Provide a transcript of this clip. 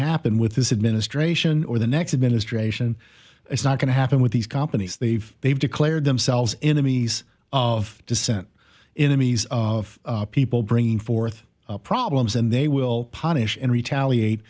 happen with this administration or the next administration it's not going to happen with these companies they've they've declared themselves enemies of dissent in a maze of people bringing forth problems and they will punish and retaliate